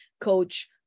coach